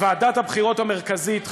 ועדת הבחירות המרכזית,